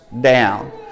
down